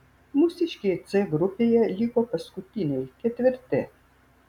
mūsiškiai c grupėje liko paskutiniai ketvirti